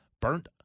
burnt